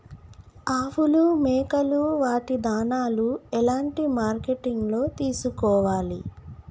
ఆవులు మేకలు వాటి దాణాలు ఎలాంటి మార్కెటింగ్ లో తీసుకోవాలి?